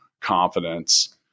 confidence